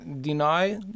deny